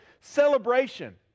celebration